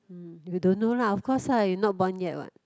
hmm you don't know lah of course lah you not born yet what